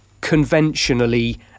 conventionally